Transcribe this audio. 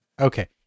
okay